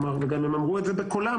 והם אמרו את זה גם בקולם,